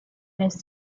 les